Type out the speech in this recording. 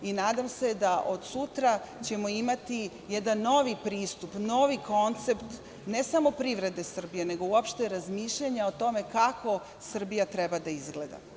Nadam se da ćemo od sutra imati jedan novi pristup, novi koncept ne samo privrede Srbije, nego uopšte razmišljanja o tome kako Srbija treba da izgleda.